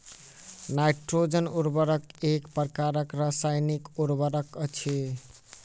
nitrogen उर्वरक एक प्रकारक रासायनिक उर्वरक अछि